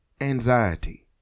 Anxiety